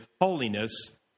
holiness